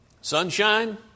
Sunshine